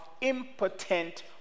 impotent